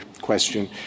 question